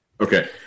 Okay